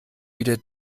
wieder